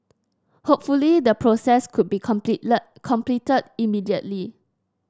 hopefully the process could be completely completed immediately